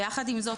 ויחד עם זאת,